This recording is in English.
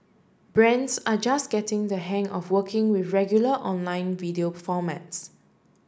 brands are just getting the hang of working with regular online video formats